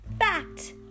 Fact